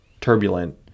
turbulent